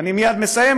אני מייד מסיים,